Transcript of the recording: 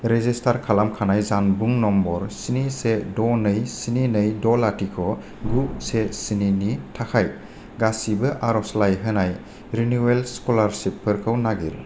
register खालामखानाय जानबुं number स्नि से द' नै स्नि नै द' लाथिख' गु से स्निनि थाखाय गासैबो आरजलाइ होनाय रिनिउवेल स्कलारसिपफोरखौ नागिर